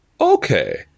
Okay